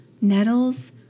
nettles